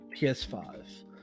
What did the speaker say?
PS5